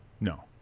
No